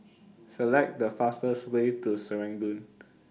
Select The fastest Way to Serangoon